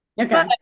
Okay